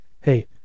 hey